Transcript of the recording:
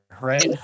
right